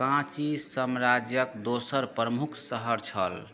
काँची साम्राज्यक दोसर प्रमुख शहर छल